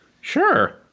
Sure